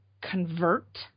convert